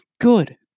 Good